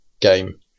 game